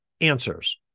answers